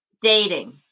dating